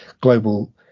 global